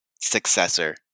successor